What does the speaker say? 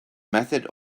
method